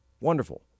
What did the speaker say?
Wonderful